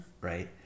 Right